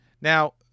Now